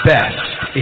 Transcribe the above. best